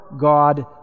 God